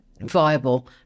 viable